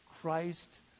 Christ